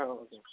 okay